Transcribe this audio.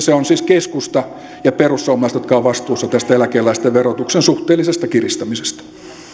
ne ovat siis keskusta ja perussuomalaiset jotka ovat vastuussa tästä eläkeläisten verotuksen suhteellisesta kiristämisestä